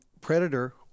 predator